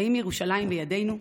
האם ירושלים בידינו?